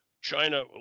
China